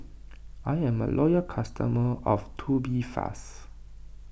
I'm a loyal customer of Tubifast